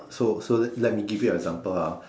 so so let let me give you example lah